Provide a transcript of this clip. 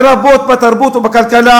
לרבות בתרבות ובכלכלה.